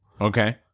Okay